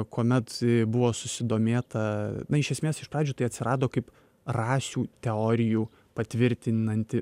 kuomet buvo susidomėta na iš esmės iš pradžių tai atsirado kaip rasių teorijų patvirtinanti